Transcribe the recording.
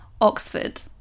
Oxford